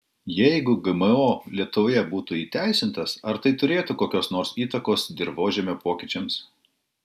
jeigu gmo lietuvoje būtų įteisintas ar tai turėtų kokios nors įtakos dirvožemio pokyčiams